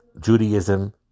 Judaism